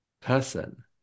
person